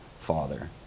father